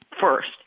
first